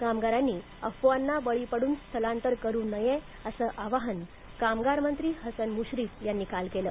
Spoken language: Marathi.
कामगारांनी अफवांना बळी पडून स्थलांतर करु नये असं आवाहन कामगारमंत्री हसन मुश्रीफ यांनी काल केलं